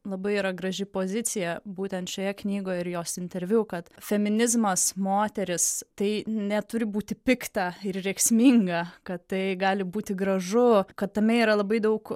labai yra graži pozicija būtent šioje knygoj ir jos interviu kad feminizmas moteris tai neturi būti pikta ir rėksminga kad tai gali būti gražu kad tame yra labai daug